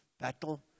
battle